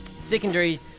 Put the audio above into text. Secondary